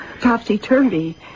topsy-turvy